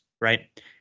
right